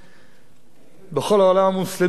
כל העולם המוסלמי עובר טלטלה גדולה,